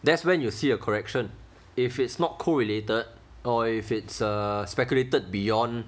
that's where you will see a correction if it's not correlated or if it's uh speculated beyond